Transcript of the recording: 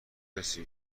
کسی